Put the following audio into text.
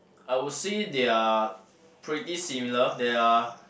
I would see they are pretty similar they are